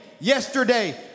yesterday